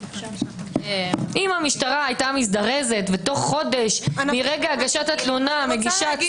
אם המשטרה הייתה מזדרזת ותוך חודש מרגע הגשת התלונה מגידה